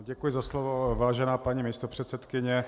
Děkuji za slovo, vážená paní místopředsedkyně.